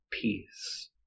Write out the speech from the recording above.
peace